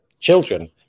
children